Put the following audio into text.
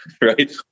right